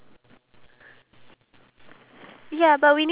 what there is such a thing